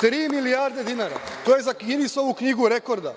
Tri milijarde dinara. To je za Ginisovu knjigu rekorda.